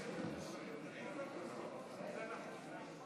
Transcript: חברות וחברי הכנסת, אלה תוצאות ההצבעה: